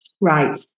Right